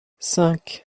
cinq